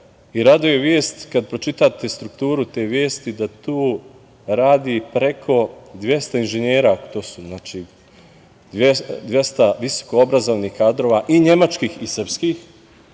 i raduje vest kad pročitate strukturu te vesti da tu radi preko 200 inženjera, 200 visokoobrazovanih kadrova i nemačkih i srpskih